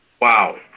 Wow